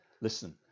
Listen